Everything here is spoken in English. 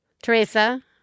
Teresa